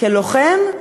כלוחם,